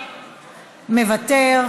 מוותר,